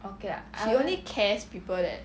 she only cares people that